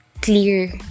clear